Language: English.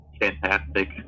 fantastic